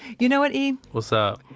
you know what, e? what's up?